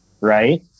right